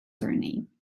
surname